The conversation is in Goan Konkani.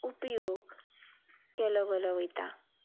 उपयोग केलो गेलो वता